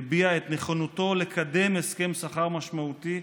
הביע את נכונותו לקדם הסכם שכר משמעותי,